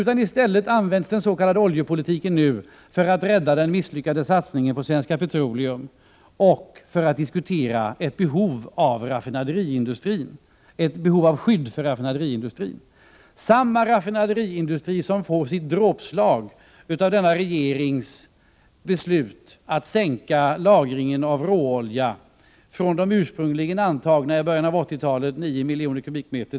Den s.k. oljepolitiken används nu i stället för att rädda den misslyckade satsningen på Svenska Petroleum och som utgångspunkt för att diskutera ett behov av skydd för raffinaderiindustrin — samma raffinaderiindustri mot vilken det nu riktas ett dråpslag genom den sittande regeringens beslut att minska lagringen av råolja från den i början av 1980-talet antagna kvantiteten av 9 miljoner m?